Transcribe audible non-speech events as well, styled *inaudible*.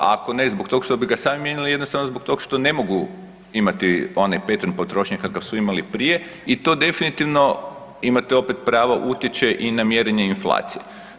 Ako ne zbog toga što bi ga sami mijenjali, jednostavno zbog toga što ne mogu imati onaj ... *unintelligible* potrošnje kakav su imali prije i to definitivno imate opet pravo, utječe i na mjerenje inflacije.